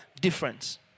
difference